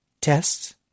Tests